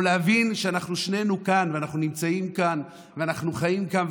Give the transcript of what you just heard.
או להבין שאנחנו שנינו כאן ואנחנו נמצאים כאן ואנחנו חיים כאן,